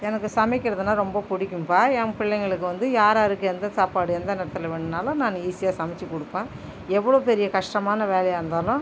எனக்கு சமைக்கிறதுனா ரொம்ப பிடிக்கும்பா என் பிள்ளைங்களுக்கு வந்து யாராருக்கு எந்த சாப்பாடு எந்த நேரத்தில் வேணும்னாலும் நான் ஈஸியாக சமைத்து கொடுப்பேன் எவளோ பெரிய கஷ்டமான வேலையாக இருந்தாலும்